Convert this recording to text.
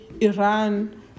iran